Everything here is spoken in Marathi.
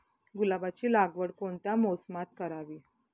गुलाबाची लागवड कोणत्या मोसमात करावी?